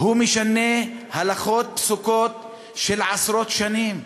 הוא משנה הלכות פסוקות של עשרות שנים,